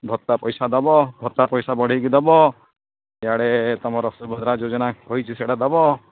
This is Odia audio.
ଭତ୍ତା ପଇସା ଦେବ ଭତ୍ତା ପଇସା ବଢ଼ାଇକି ଦେବ ଇଆଡ଼େ ତମର ସୁଭଦ୍ରା ଯୋଜନା କହିଛି ସେଗୁଡ଼ା ଦବ